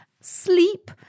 sleep